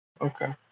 Okay